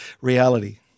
reality